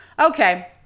Okay